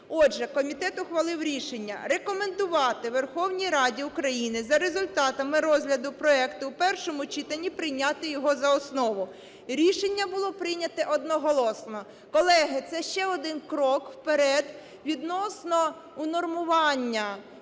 Отже, комітет ухвалив рішення рекомендувати Верховній Раді України за результатами розгляду проекту в першому читанні прийняти його за основу. Рішення було прийняте одноголосно. Колеги, це ще один крок вперед відносно унормування